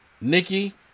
Nikki